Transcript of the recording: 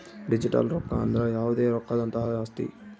digital ರೊಕ್ಕ ಅಂದ್ರ ಯಾವ್ದೇ ರೊಕ್ಕದಂತಹ ಆಸ್ತಿ